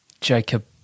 Jacob